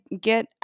get